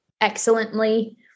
excellently